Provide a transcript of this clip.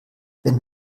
wenn